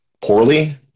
poorly